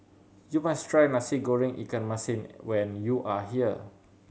you must try Nasi Goreng ikan masin when you are here